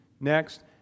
Next